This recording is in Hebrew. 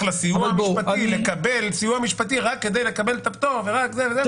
לסיוע המשפטי לקבל סיוע משפטי רק כדי לקבל את הפטור ורק זה וזה,